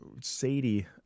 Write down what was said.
Sadie